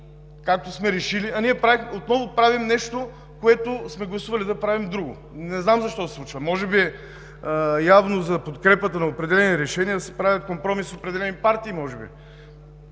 както сме решили. Ние отново правим нещо, а сме гласували да правим друго. Не знам защо се случва!? Може би явно за подкрепата на определени решения се прави компромис с определени партии! Ние